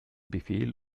befehl